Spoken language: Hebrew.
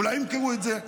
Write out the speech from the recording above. ואולי ימכרו את זה?